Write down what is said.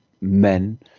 men